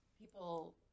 people